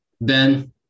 Ben